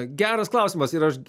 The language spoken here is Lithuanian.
geras klausimas ir aš